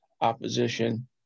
opposition